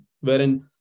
wherein